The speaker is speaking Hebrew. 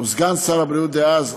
וסגן שר הבריאות דאז,